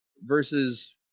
versus